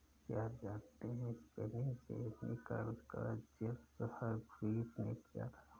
क्या आप जानते है स्पिनिंग जेनी का आविष्कार जेम्स हरग्रीव्ज ने किया?